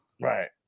Right